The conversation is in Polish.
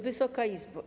Wysoka Izbo!